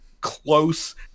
close